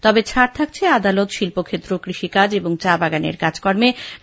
তবে ছাড় থাকছে আদালত শিল্পক্ষেত্র কৃষিকাজ এবং চা বাগানের কাজকর্মের ক্ষেত্রে